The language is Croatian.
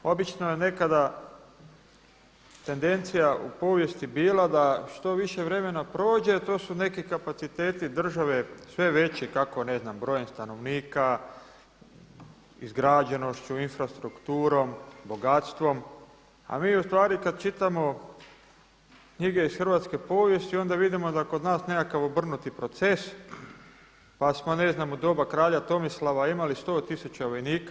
Obično nekada tendencija u povijesti je bila da što više vremena prođe to su neki kapaciteti države sve veći kako, ne znam, brojem stanovnika, izgrađenošću, infrastrukturom, bogatstvom, a mi ustvari kad čitamo knjige iz hrvatske povijesti onda vidimo da je kod nas nekakav obrnuti proces pa smo, ne znam, u doba kralja Tomislava imali 100 tisuća vojnika.